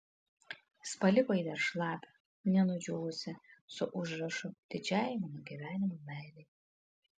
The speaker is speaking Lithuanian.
jis paliko jį dar šlapią nenudžiūvusį su užrašu didžiajai mano gyvenimo meilei